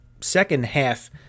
second-half